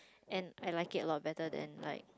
and I like it a lot better than like